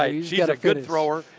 a yeah like good thrower,